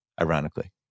ironically